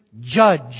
judge